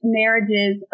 marriages